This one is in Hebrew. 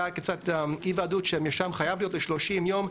היה אי-ודאות שמרשם חייב להיות ל-30 ימים.